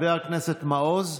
חבר הכנסת מעוז,